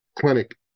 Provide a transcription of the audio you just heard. clinic